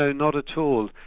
ah not at all,